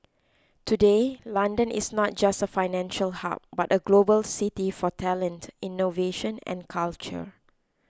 today London is not just a financial hub but a global city for talent innovation and culture